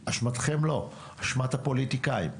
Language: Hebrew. לא אשמתכם, אשמת הפוליטיקאים.